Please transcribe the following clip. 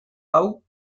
hau